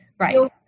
right